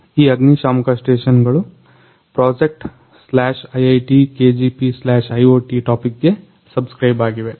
ಈ ಅಗ್ನಿ ಶಾಮಕ ಸ್ಟೇಷನ್ಗಳು projectiitkgpiot ಟಾಪಿಕ್ಗೆ ಸಬ್ಸ್ಕ್ರೈಬ್ ಆಗಿವೆ